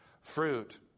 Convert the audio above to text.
fruit